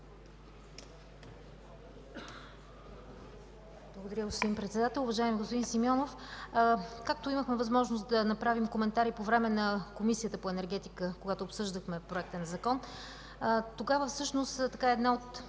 Благодаря, господин Председател. Уважаеми господин Симеонов, както имахме възможност да направим коментар и по време на Комисията по енергетиката, когато обсъждахме Проекта на закон, тогава всъщност една от